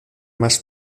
más